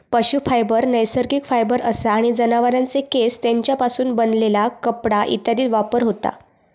पशू फायबर नैसर्गिक फायबर असा आणि जनावरांचे केस, तेंच्यापासून बनलेला कपडा इत्यादीत वापर होता